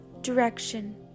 Direction